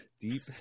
deep